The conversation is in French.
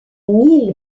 mille